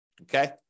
Okay